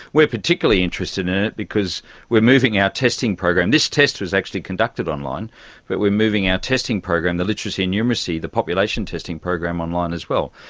we are particularly interested in it because we are moving our testing program, this test was actually conducted online but we are moving our testing program, the literacy and numeracy, the population testing program online as well.